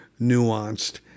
nuanced